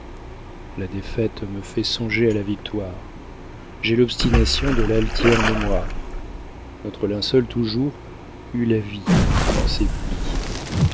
la défaite me fait songer à la victoire j'ai l'obstination de l'altière mémoire notre linceul toujours eut la vie en ses plis